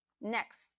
next